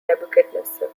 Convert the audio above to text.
nebuchadnezzar